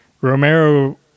Romero